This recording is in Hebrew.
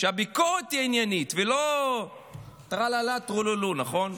שהביקורת תהיה עניינית, ולא טרללה טרולולו, נכון?